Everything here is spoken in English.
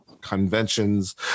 conventions